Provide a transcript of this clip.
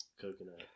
Coconut